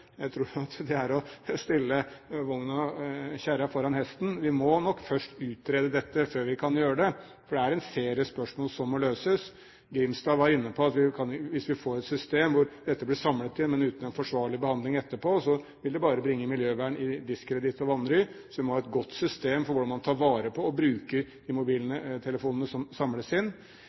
Jeg tror at det er å stille kjerra foran hesten. Vi må nok først utrede dette, før vi kan gjøre noe, for det er en serie spørsmål som må løses. Grimstad var inne på at hvis vi får et system der dette blir samlet inn uten en forsvarlig behandling etterpå, vil det bare bringe miljøvernet i diskreditt og vanry. Vi må ha et godt system for hvordan man tar vare på og bruker de mobiltelefonene som samles inn.